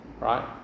right